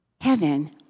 heaven